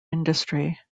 industry